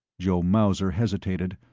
joe mauser hesitated,